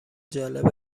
جالب